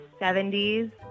70s